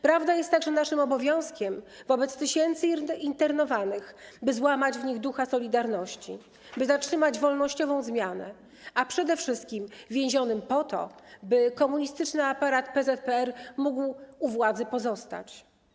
Prawda jest także naszym obowiązkiem wobec tysięcy internowanych, by złamać w nich ducha „Solidarności”, by zatrzymać wolnościową zmianę, a przede wszystkim więzionych po to, by komunistyczny aparat PZPR mógł u władzy pozostać.